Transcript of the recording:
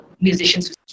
musicians